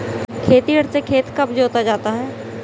खेतिहर से खेत कब जोता जाता है?